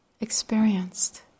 experienced